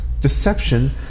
deception